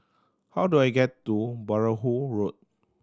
how do I get to Perahu Road